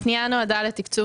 הפנייה נועדה לתקצוב